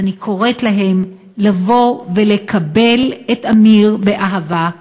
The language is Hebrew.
אז אני קוראת להם לבוא ולקבל את אמיר באהבה,